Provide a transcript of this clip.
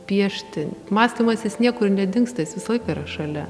piešti mąstymas jis niekur nedingsta jis visą laiką yra šalia